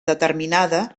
determinada